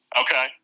Okay